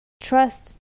trust